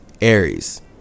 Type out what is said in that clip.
Aries